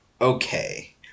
Okay